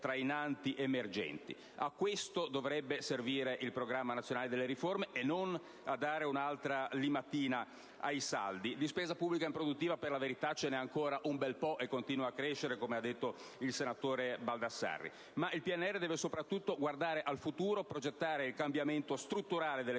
trainanti emergenti. A questo dovrebbe servire il Programma nazionale di riforma, e non a dare un'ulteriore limatina ai saldi, poiché di spesa pubblica improduttiva, in verità, ce n'è ancora un bel po' e continua a crescere, come ha ricordato il senatore Baldassarri. Il PNR deve soprattutto guardare al futuro, progettare il cambiamento strutturale